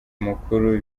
mukuru